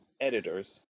Editors